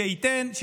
הוא נפגש.